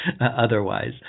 otherwise